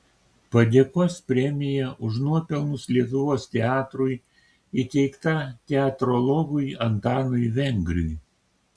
padėkos premija už nuopelnus lietuvos teatrui įteikta teatrologui antanui vengriui